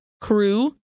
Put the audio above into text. crew